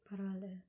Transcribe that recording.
பரவால:paravala